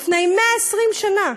לפני 120 שנה.